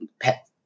pet